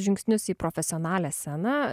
žingsnius į profesionalią sceną